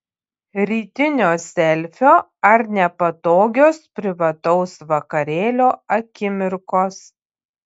rytinio selfio ar nepatogios privataus vakarėlio akimirkos